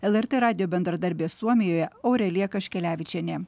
lrt radijo bendradarbė suomijoje aurelija kaškelevičienė